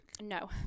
No